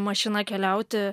mašina keliauti